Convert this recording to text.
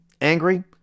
Angry